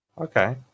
Okay